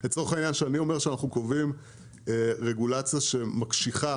כשאני אומר שאנחנו קובעים רגולציה שמקשיחה